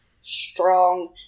strong